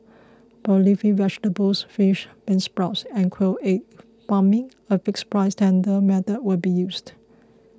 for leafy vegetables fish beansprouts and quail egg farming a fixed price tender method will be used